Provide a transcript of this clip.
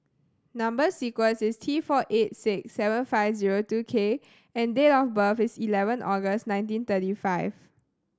number sequence is T four eight six seven five zero two K and date of birth is eleven August nineteen thirty five